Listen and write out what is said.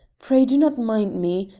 pray, do not mind me.